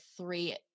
three